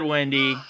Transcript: Wendy